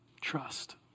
trust